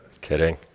Kidding